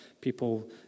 people